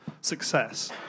success